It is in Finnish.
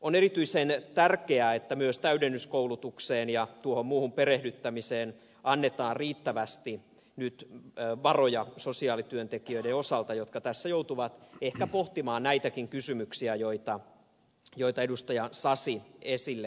on erityisen tärkeää että myös täydennyskoulutukseen ja tuohon muuhun perehdyttämiseen annetaan riittävästi nyt varoja sosiaalityöntekijöiden osalta jotka tässä joutuvat ehkä pohtimaan näitäkin kysymyksiä joita edustaja sasi esille nosti